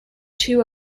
two